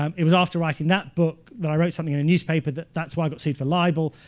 um it was after writing that book that i wrote something in a newspaper that that's why i got sued for libel.